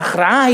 ההכרעה,